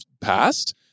passed